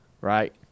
right